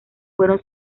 fueron